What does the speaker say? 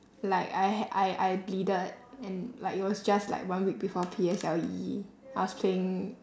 like I ha~ I I bleeded and like it was just like one week before P_S_L_E I was playing